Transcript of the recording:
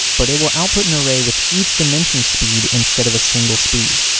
but it will output an array with each dimension speed instead of a single speed.